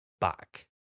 back